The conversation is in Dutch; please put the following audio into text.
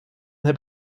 heb